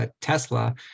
Tesla